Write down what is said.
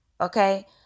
Okay